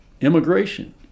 immigration